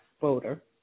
voter